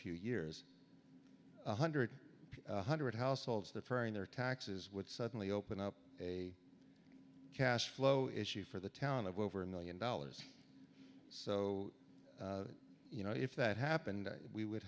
few years one hundred one hundred households deferring their taxes would suddenly open up a cash flow issue for the town of over a million dollars so you know if that happened we would